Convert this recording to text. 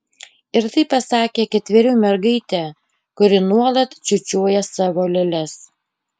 ir tai pasakė ketverių mergaitė kuri nuolat čiūčiuoja savo lėles